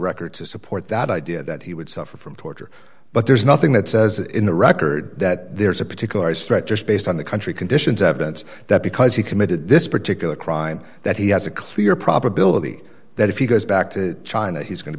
record to support that idea that he would suffer from torture but there's nothing that says in the record that there's a particular stretch just based on the country conditions evidence that because he committed this particular crime that he has a clear probability that if he goes back to china he's going to